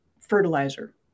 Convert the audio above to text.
fertilizer